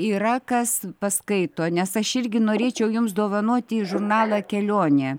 yra kas paskaito nes aš irgi norėčiau jums dovanoti žurnalą kelionė